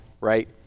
right